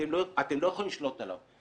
אתם לא יכולים לשלוט עליו,